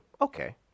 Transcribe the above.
Okay